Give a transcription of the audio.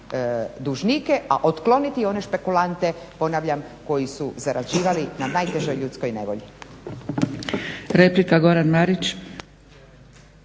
dužnike, a otkloniti one špekulante ponavljam koji su zarađivali na najtežoj ljudskoj nevolji.